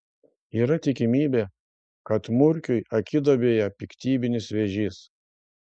yra tikimybė kad murkiui akiduobėje piktybinis vėžys